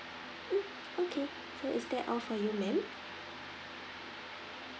mm okay so is that all for you ma'am